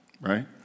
right